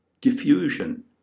Diffusion